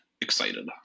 excited